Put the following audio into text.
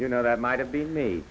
you know that might have been m